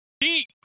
deep